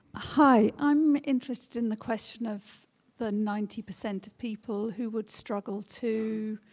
hi, i'm interested in the question of the ninety percent of people who would struggle to